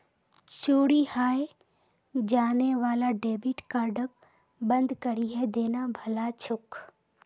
चोरी हाएं जाने वाला डेबिट कार्डक बंद करिहें देना भला छोक